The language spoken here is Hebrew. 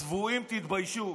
צבועים, תתביישו.